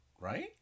right